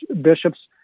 bishops